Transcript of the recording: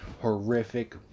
Horrific